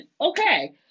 Okay